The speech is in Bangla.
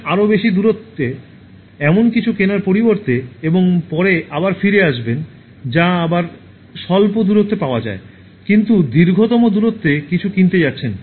প্রথমে আরও বেশি দূরত্বে এমন কিছু কেনার পরিবর্তে এবং পরে আবার ফিরে আসবেন যা আবার স্বল্প দূরত্বে পাওয়া যায় কিন্তু দীর্ঘতম দূরত্বে কিছু কিনতে যাচ্ছেন